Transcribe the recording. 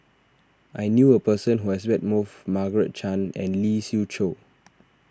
I knew a person who has met both Margaret Chan and Lee Siew Choh